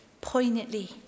poignantly